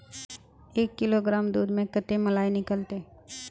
एक किलोग्राम दूध में कते मलाई निकलते?